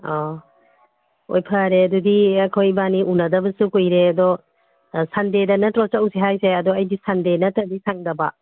ꯑꯥ ꯍꯣꯏ ꯐꯔꯦ ꯑꯗꯨꯗꯤ ꯑꯩꯈꯣꯏ ꯏꯕꯥꯅꯤ ꯎꯅꯗꯕꯁꯨ ꯀꯨꯏꯔꯦ ꯑꯗꯣ ꯑꯥ ꯁꯟꯗꯦꯗ ꯅꯠꯇ꯭ꯔꯣ ꯆꯧꯁꯤ ꯍꯥꯏꯔꯤꯁꯦ ꯑꯗꯣ ꯑꯩꯗꯤ ꯁꯟꯗꯦ ꯅꯠꯇ꯭ꯔꯗꯤ ꯁꯪꯗꯕ